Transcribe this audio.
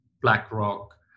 BlackRock